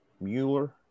Mueller